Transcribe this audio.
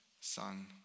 son